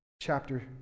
chapter